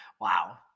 Wow